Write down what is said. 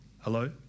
Hello